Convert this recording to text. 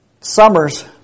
summers